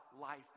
life